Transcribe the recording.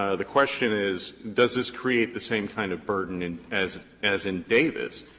ah the question is does this create the same kind of burden in as as in davis,